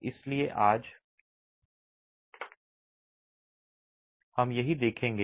इसलिए आज हम यही देखेंगे